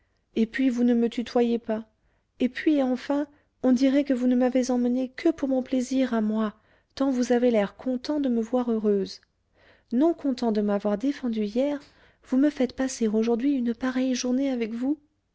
et puis vous ne me tutoyez pas et puis enfin on dirait que vous ne m'avez emmenée que pour mon plaisir à moi tant vous avez l'air content de me voir heureuse non content de m'avoir défendue hier vous me faites passer aujourd'hui une pareille journée avec vous